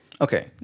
Okay